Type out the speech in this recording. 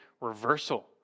reversal